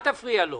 אל תפריעו לו,